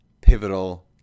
Pivotal